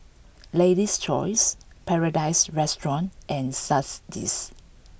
Lady's Choice Paradise Restaurant and